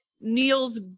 neil's